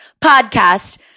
podcast